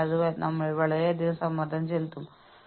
ഇത് ഞങ്ങൾക്ക് ഹോണുകളും ഹാലോ ഇഫക്റ്റും ഉള്ളതല്ലെന്ന് നിങ്ങൾക്കറിയാം